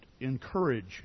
encourage